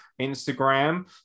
Instagram